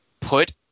put